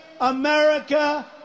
America